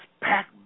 pack